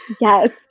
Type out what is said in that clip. yes